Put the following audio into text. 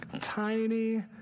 tiny